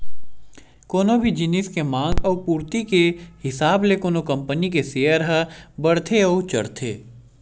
कोनो भी जिनिस के मांग अउ पूरति के हिसाब ले कोनो कंपनी के सेयर ह बड़थे अउ चढ़थे